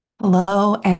Hello